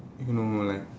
you know like